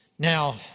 Now